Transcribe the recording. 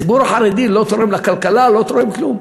הציבור החרדי לא תורם לכלכלה, לא תורם כלום.